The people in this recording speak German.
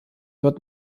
wird